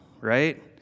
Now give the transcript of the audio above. right